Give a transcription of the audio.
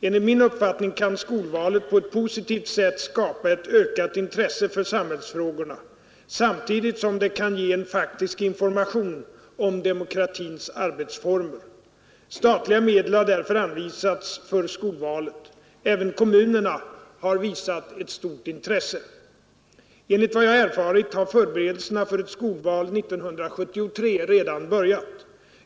Enligt min uppfattning kan skolvalet på ett positivt sätt skapa ett ökat intresse för samhällsfrågorna samtidigt som det kan ge en faktisk information om demokratins arbetsformer. Statliga medel har därför anvisats för skolvalet. Även kommunerna har visat ett stort intresse. Enligt vad jag erfarit har förberedelserna för ett skolval 1973 redan börjat.